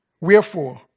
Wherefore